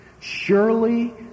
Surely